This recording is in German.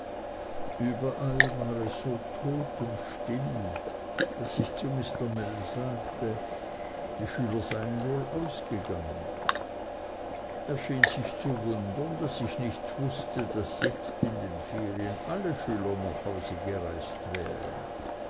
überall war es so totenstill daß ich zu mr mell sagte die schüler seien wohl ausgegangen er schien sich zu wundern daß ich nicht wußte daß jetzt in den ferien die schüler alle nach haus gereist wären